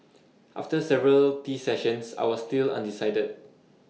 after several tea sessions I was still undecided